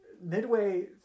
midway